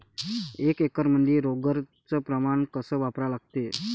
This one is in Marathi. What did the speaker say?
एक एकरमंदी रोगर च प्रमान कस वापरा लागते?